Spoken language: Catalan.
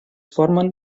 formen